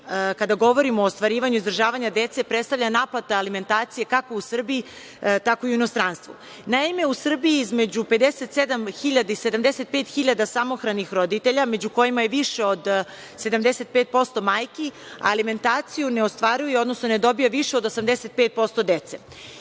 kada govorimo o ostvarivanju izdržavanja dece, predstavlja naplata alimentacije kako u Srbiji, tako i u inostranstvu. Naime, u Srbiji između 57 hiljada i 75 hiljada samohranih roditelja, među kojima je više od 75% majki, alimentaciju ne ostvaruje, odnosno ne dobija više od 85% dece.